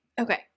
Okay